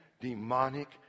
demonic